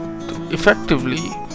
effectively